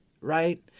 right